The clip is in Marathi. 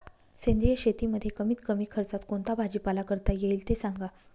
सेंद्रिय शेतीमध्ये कमीत कमी खर्चात कोणता भाजीपाला करता येईल ते सांगा